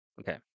Okay